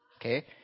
okay